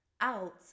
out